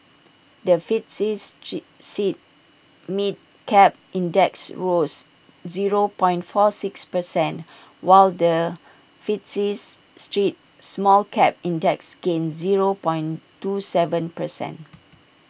the FTSE G St mid cap index rose zero point four six percent while the FTSE street small cap index gained zero point two Seven percent